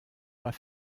pas